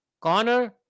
Connor